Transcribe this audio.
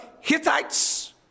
Hittites